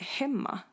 hemma